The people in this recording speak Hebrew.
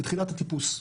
בתחילת הטיפוס.